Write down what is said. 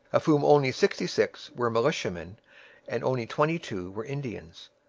of whom only sixty six were militiamen and only twenty two were indians.